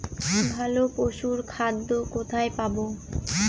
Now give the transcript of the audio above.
ভালো পশুর খাদ্য কোথায় পাবো?